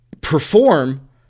perform